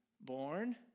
born